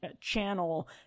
channel